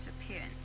appearance